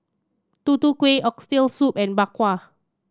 Tutu Kueh Oxtail Soup and Bak Kwa